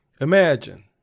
Imagine